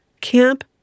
Camp